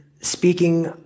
speaking